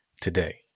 today